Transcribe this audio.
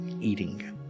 eating